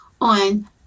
on